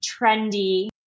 trendy